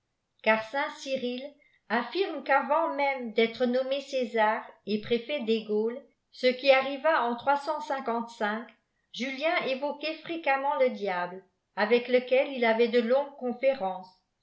car saint cyrille affirme qu'avant même d'être nommé gésar et préfet des gaules ce qui arriva en julien évoquait fréquemment le diable avec lequel il avait de longues conférences